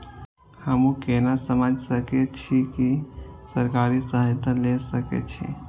हमू केना समझ सके छी की सरकारी सहायता ले सके छी?